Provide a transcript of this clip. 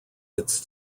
its